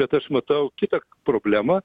bet aš matau kitą problemą